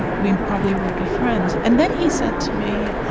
we probably would be friends. and then he said to me,